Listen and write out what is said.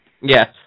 Yes